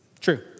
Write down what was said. True